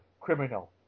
criminal